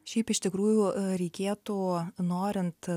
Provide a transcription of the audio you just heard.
šiaip iš tikrųjų reikėtų norint